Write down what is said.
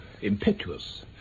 impetuous